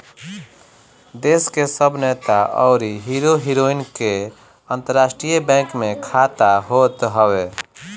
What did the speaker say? देस के सब नेता अउरी हीरो हीरोइन के अंतरराष्ट्रीय बैंक में खाता होत हअ